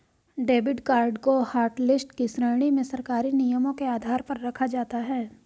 debit card को hotlist की श्रेणी में सरकारी नियमों के आधार पर रखा जाता है